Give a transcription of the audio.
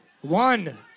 One